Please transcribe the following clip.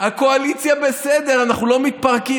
הקואליציה בסדר, אנחנו לא מתפרקים.